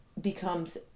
becomes